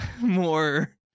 more